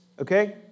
okay